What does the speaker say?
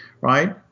Right